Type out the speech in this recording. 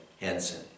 Henson